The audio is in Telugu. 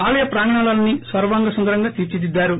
ఆలయ ప్రాంగణాలన్నీ సర్వంగ సుందరంగా తీర్చిదిద్దారు